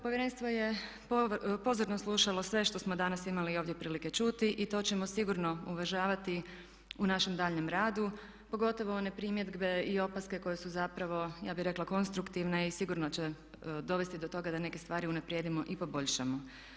Povjerenstvo je pozorno slušalo sve što smo danas imali ovdje prilike čuti i to ćemo sigurno uvažavati u našem daljnjem radu pogotovo one primjedbe i opaske koje su zapravo ja bih rekla konstruktivne i sigurno će dovesti do toga da neke stvari unaprijedimo i poboljšamo.